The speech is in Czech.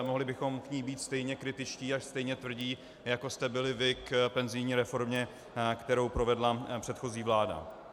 Mohli bychom k ní být stejně kritičtí a stejně tvrdí, jako jste byli vy k penzijní reformě, kterou provedla předchozí vláda.